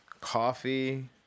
Coffee